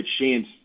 chance